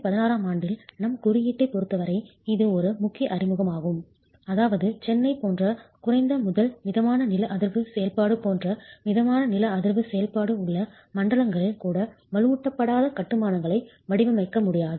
2016 ஆம் ஆண்டில் நம் குறியீட்டைப் பொருத்தவரை இது ஒரு முக்கிய அறிமுகமாகும் அதாவது சென்னை போன்ற குறைந்த முதல் மிதமான நில அதிர்வு செயல்பாடு போன்ற மிதமான நில அதிர்வு செயல்பாடு உள்ள மண்டலங்களில் கூட வலுவூட்டப்படாத கட்டுமானம்களை வடிவமைக்க முடியாது